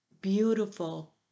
beautiful